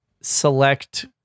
select